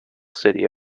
city